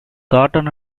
cotton